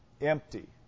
empty